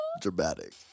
Dramatic